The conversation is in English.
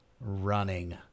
running